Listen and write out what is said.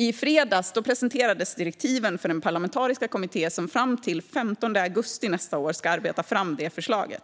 I fredags presenterades direktiven för den parlamentariska kommitté som fram till den 15 augusti nästa år ska arbeta fram detta förslag.